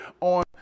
on